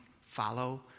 Follow